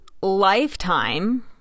Lifetime